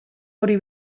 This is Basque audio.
hori